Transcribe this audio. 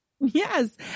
yes